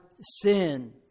sin